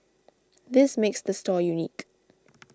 this makes the store unique